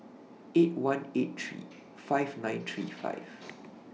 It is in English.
eight one eight three five nine three five